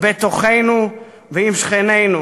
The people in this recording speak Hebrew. בתוכנו ועם שכנינו.